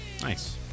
Nice